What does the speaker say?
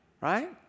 right